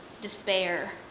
despair